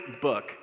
book